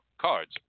cards